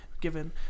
given